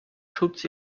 schutz